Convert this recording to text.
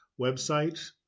website